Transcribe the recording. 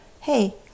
hey